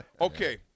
Okay